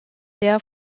der